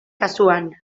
kasuan